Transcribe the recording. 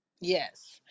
Yes